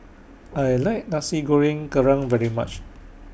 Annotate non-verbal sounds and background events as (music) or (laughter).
I like Nasi Goreng Kerang very much (noise)